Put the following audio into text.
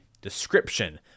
description